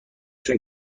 چون